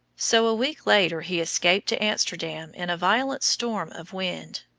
so a week later he escaped to amsterdam in a violent storm of wind,